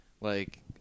like-